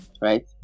right